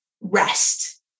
rest